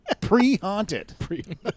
pre-haunted